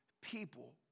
people